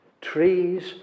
trees